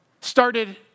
started